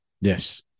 Yes